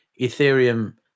Ethereum